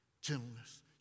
gentleness